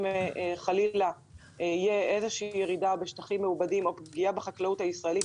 אם חלילה תהיה איזושהי ירידה בשטחים מעובדים או פגיעה בחקלאות הישראלית,